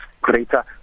greater